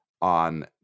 on